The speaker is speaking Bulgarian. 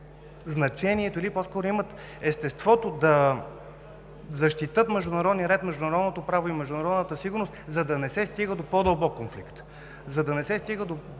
дори по-скоро имат естеството да защитят международния ред, международното право и международната сигурност, за да не се стига до по-дълбок конфликт, за да не се стига до други, по-лоши